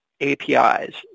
APIs